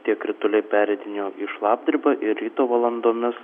tie krituliai pereidinėjo į šlapdribą ir ryto valandomis